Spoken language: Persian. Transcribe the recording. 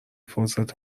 فرصت